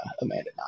Amanda